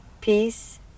Peace